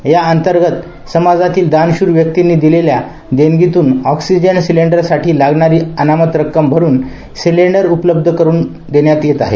या अंतर्गत समाजातील दानशूर व्यक्तीनी दिलेल्या देणगीतून ऑक्सिजन सिलेंडरसाठी लागणारी अनामत रक्कम भरूज सिलेंडर उपलब्ध करण्यात आले आहेत